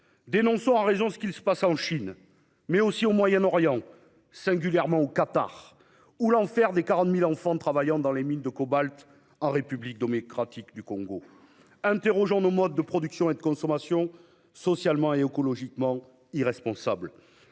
Dénonçons à raison ce qui se passe non seulement en Chine, mais aussi au Moyen-Orient, singulièrement au Qatar, ainsi que l'enfer des 40 000 enfants travaillant dans les mines de cobalt en République démocratique du Congo. Interrogeons nos modes de production et de consommation, socialement et écologiquement irresponsables.